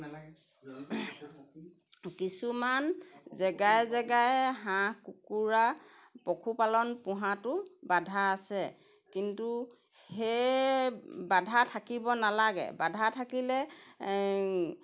কিছুমান জেগাই জেগাই হাঁহ কুকুৰা পশুপালন পোহাটো বাধা আছে কিন্তু সেই বাধা থাকিব নালাগে বাধা থাকিলে